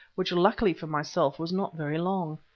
which, luckily for myself, was not very long.